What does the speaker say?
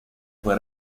fue